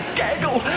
gaggle